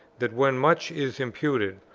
that when much is imputed,